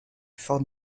ford